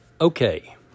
Okay